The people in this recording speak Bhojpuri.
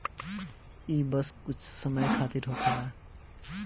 ई बस कुछ समय खातिर होखेला